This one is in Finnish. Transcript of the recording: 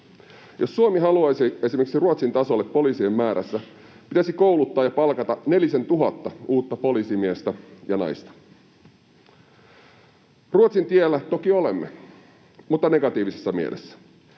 Jos Suomi haluaisi esimerkiksi Ruotsin tasolle poliisien määrässä, pitäisi kouluttaa ja palkata nelisentuhatta uutta poliisimiestä ja ‑naista. Ruotsin tiellä toki olemme, mutta negatiivisessa mielessä,